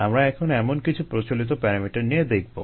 আমরা এখন এমন কিছু প্রচলিত প্যারামিটার নিয়ে দেখবো